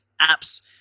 apps